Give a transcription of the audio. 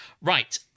Right